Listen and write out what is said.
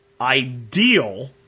ideal